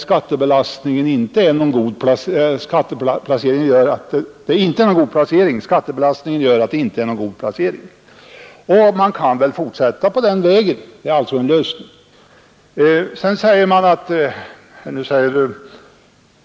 Skattebelastningen gör att villalån då inte är en god placering, och det är en tänkbar lösning att fortsätta på den vägen.